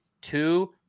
two